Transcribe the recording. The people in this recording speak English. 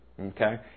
Okay